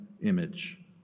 image